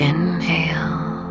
Inhale